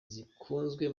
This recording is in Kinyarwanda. zikunzwe